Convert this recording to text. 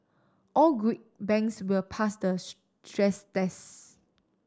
all good banks will pass the stress test